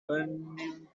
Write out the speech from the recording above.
burning